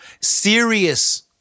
serious